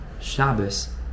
Shabbos